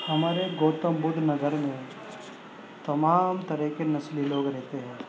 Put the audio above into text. ہمارے گوتم بدھ نگر میں تمام طرح کے نسلی لوگ رہتے ہے